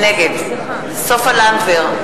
נגד סופה לנדבר,